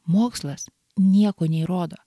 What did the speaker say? mokslas nieko neįrodo